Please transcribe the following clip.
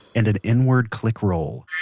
and an inward click roll